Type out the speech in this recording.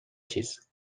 چیز